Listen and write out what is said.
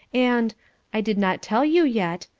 and i did not tell you yet,